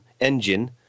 engine